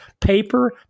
paper